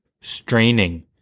straining